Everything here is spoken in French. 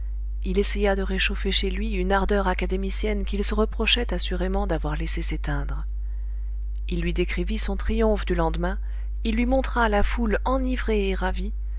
il essaya de réchauffer chez lui une ardeur académicienne qu'il se reprochait assurément d'avoir laissé s'éteindre il lui décrivit son triomphe du lendemain il lui montra la foule enivrée et ravie